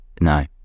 no